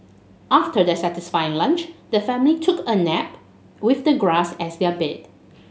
after their satisfying lunch the family took a nap with the grass as their bed